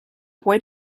boy